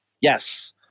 Yes